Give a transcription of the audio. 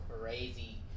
crazy